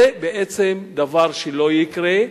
זה בעצם דבר שלא יקרה.